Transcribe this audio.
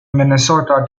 minnesota